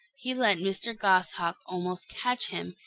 he let mr. goshawk almost catch him,